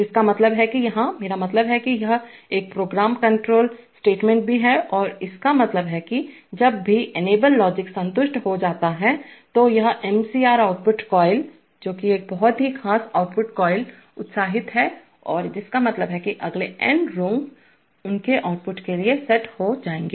जिसका मतलब है कि यहाँ मेरा मतलब है कि यह एक प्रोग्राम कंट्रोल स्टेटमेंट भी है और इसका मतलब है कि जब भी इनेबल लॉजिक संतुष्ट हो जाता है तो यह MCR आउटपुट कॉइल जो कि एक बहुत ही खास आउटपुट कॉइल उत्साहित है और जिसका मतलब है कि अगले n रूंग उनके आउटपुट के लिए सेट हो जाएंगे